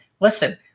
Listen